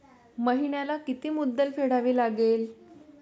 महिन्याला किती मुद्दल फेडावी लागेल?